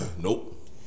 Nope